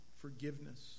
forgiveness